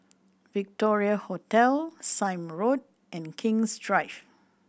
Victoria Hotel Sime Road and King's Drive